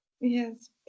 Yes